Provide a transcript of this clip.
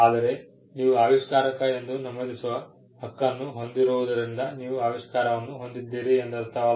ಆದರೆ ನೀವು ಆವಿಷ್ಕಾರಕ ಎಂದು ನಮೂದಿಸುವ ಹಕ್ಕನ್ನು ಹೊಂದಿರುವುದರಿಂದ ನೀವು ಆವಿಷ್ಕಾರವನ್ನು ಹೊಂದಿದ್ದೀರಿ ಎಂದರ್ಥವಲ್ಲ